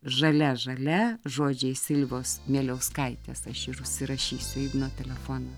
žalia žalia žodžiai silvos mieliauskaitės aš ir užsirašysiu igno telefoną